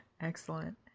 Excellent